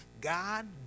God